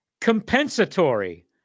compensatory